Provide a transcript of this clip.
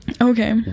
Okay